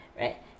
right